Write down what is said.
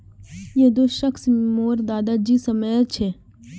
यह दो शाखए मोर दादा जी समयर छे